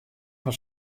fan